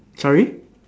sorry